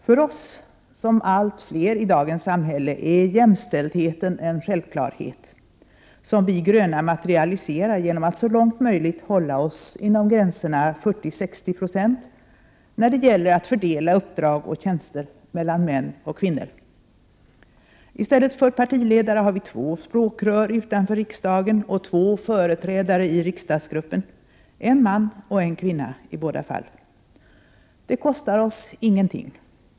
För oss — som för allt fler i dagens samhälle — är jämställdheten en självklarhet, som vi gröna materialiserar genom att så långt möjligt hålla oss inom gränserna 40-60 96 när det gäller att fördela uppdrag och tjänster mellan män och kvinnor. I stället för partiledare har vi två språkrör utanför riksdagen och två företrädare i riksdagsgruppen, en man och en kvinna i båda fallen. Det kostar oss ingenting.